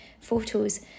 photos